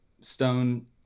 Stone